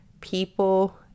people